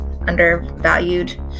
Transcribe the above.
undervalued